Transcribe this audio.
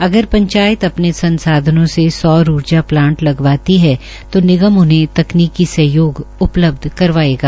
अगर पंचायत अपने संसाधनों से सौर ऊर्जा प्लांट लगवाती हैं तो निगम उन्हें तकनीकी सहयोग उपलब्ध करवाएगा